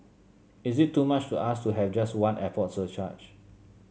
is it too much to ask to have just one airport surcharge